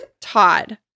Todd